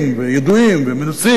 ידועים ומנוסים,